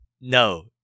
No